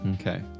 Okay